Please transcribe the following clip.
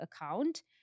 account